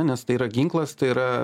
nes tai yra ginklas tai yra